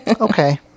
Okay